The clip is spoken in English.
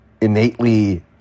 innately